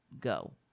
go